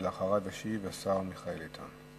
לאחריו ישיב השר מיכאל איתן.